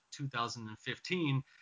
2015